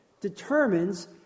determines